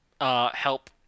help